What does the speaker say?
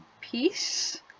piece